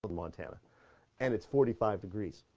but montana and it's forty five degrees